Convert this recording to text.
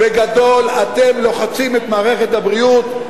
בגדול אתם לוחצים את מערכת הבריאות.